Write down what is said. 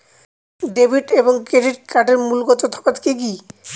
Debit এবং credit কার্ডের মূলগত তফাত কি কী?